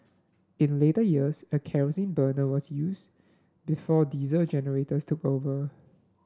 in later years a kerosene burner was used before diesel generators took over